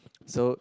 so